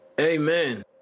Amen